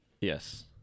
Yes